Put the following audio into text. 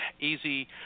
easy